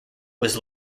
was